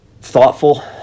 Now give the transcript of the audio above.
thoughtful